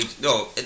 no